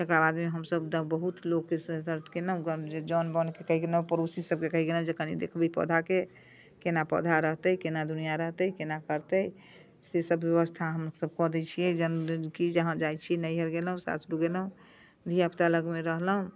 तकरा बादमे हमसब बहुत लोकके सम्पर्क केलहुँ जौन बोनिके पड़ोसीसबके कहि गेलहुँ जे कनि देखबै पौधाके कोना पौधा रहतै कोना दुनिआ रहतै कोना करतै से सब बेबस्था हमसब कऽ दै छिए जहन कि जहाँ जाइ छी नैहर गेलहुँ सासुर गेलहुँ धिआपुता लगमे रहलहुँ